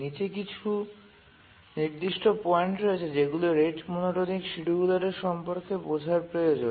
নীচে কিছু নির্দিষ্ট পয়েন্ট রয়েছে যেগুলি রেট মনোটোনিক শিডিয়ুলারের সম্পর্কে বোঝার প্রয়োজন